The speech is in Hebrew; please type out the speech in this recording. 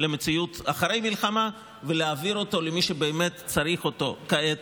למציאות של אחרי מלחמה ולהעביר אותו למי שבאמת צריך אותו כעת,